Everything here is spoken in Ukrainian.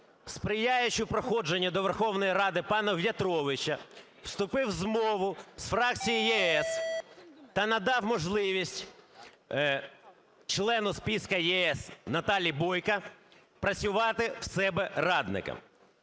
сприяючи проходженню до Верховної Ради пана В'ятровича, вступив у змову з фракцією "ЄС" та надав можливість члену списку ЄС Наталії Бойко працювати в себе радником.